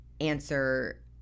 answer